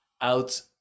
out